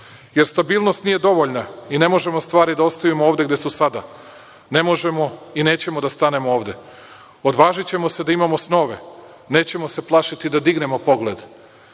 jer stabilnost nije dovoljna i ne možemo stvari da ostavimo ovde gde su sada, ne možemo i nećemo da stanemo ovde. Odvažićemo se da imamo snove, nećemo se plašiti da dignemo pogled.